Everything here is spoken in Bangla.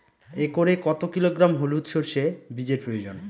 একরে কত কিলোগ্রাম হলুদ সরষে বীজের প্রয়োজন?